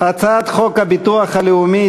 והיא תועבר לוועדת העבודה,